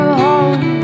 home